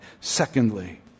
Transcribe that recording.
Secondly